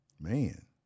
Man